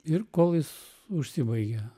ir kol jis užsibaigė